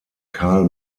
carl